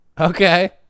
Okay